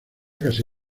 casi